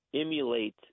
emulate